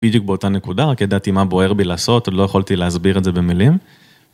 בדיוק באותה נקודה רק ידעתי מה בוער בי לעשות, לא יכולתי להסביר את זה במילים.